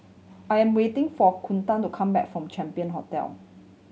I'm waiting for Kunta to come back from Champion Hotel